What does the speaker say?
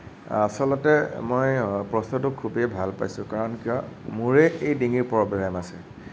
আচলতে মই বস্তুটো খুবেই ভাল পাইছোঁ কাৰণ কিয় মোৰেই ডিঙিৰ প্ৰব্লেম আছে